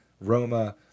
Roma